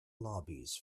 lobbies